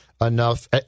enough